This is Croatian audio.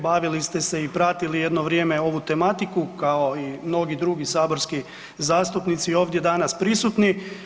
Bavili ste se i pratili jedno vrijeme ovu tematiku kao i mnogi drugi saborski zastupnici ovdje danas prisutni.